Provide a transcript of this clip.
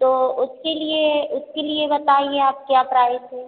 तो उसके लिए उसके लिए बताइए आप क्या प्राइस है